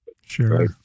Sure